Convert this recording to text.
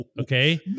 Okay